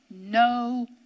no